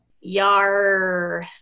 yar